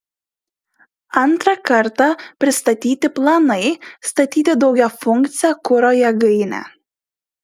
antrą kartą pristatyti planai statyti daugiafunkcę kuro jėgainę